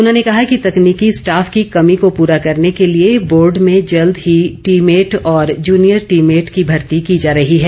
उन्होंने कहा कि तकनीकी स्टाफ की कमी को पूरा करने के लिए बोर्ड में जल्द ही टी मेट और जूनियर टी मेट की भर्ती की जा रही है